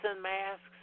masks